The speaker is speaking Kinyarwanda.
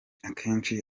akenshi